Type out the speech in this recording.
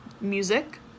Music